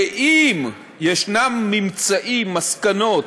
שאם ישנם ממצאים, מסקנות,